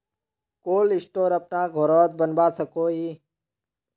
Cold store अपना घोरोत बनवा सकोहो ही?